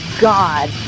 god